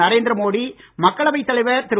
நரேந்திர மோடி மக்களவை தலைவர் திரு